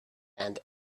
and